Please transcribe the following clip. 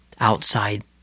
outside